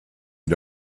you